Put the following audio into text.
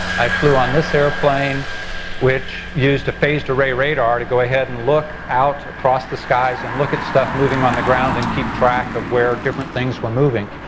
i flew on this airplane which used a phased array radar to go ahead and look out across the skies and look at stuff moving on the ground and keep track of where different things were moving.